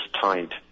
tied